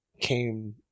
came